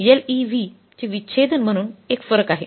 हे LEV चे विच्छेदन म्हणून 1 फरक आहे